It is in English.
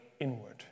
inward